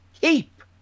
keep